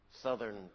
Southern